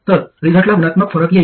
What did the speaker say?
तर रिझल्टला गुणात्मक फरक येईल